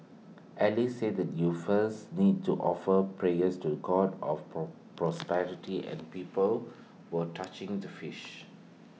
alice said you first need to offer prayers to the God of pore prosperity at people were touching the fish